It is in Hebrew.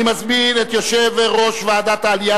אני מזמין את יושב-ראש ועדת העלייה,